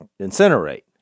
incinerate